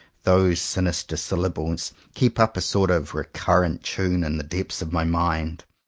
those sinis ter syllables keep up a sort of recurrent tune in the depths of my mind.